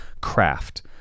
craft